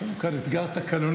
יש לנו כאן אתגר תקנוני.